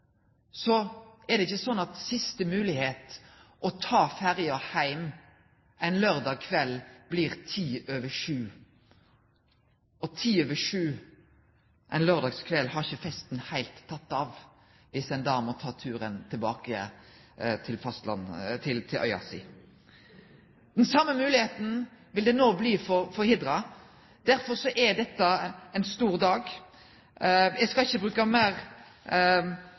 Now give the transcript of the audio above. kveld er ti over sju – og ti over sju ein laurdagskveld har ikkje festen heilt teke av, dersom ein da må ta turen tilbake til øya si. Den same moglegheita vil det no bli for Hidra. Derfor er dette ein stor dag, og derfor er eg